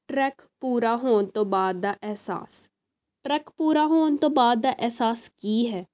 track ਪੂਰਾ ਹੋਣ ਤੋਂ ਬਾਅਦ ਦਾ ਅਹਿਸਾਸ ਟਰੈਕ ਪੂਰਾ ਹੋਣ ਤੋਂ ਬਾਅਦ ਦਾ ਅਹਿਸਾਸ ਕੀ ਹੈ